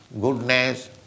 goodness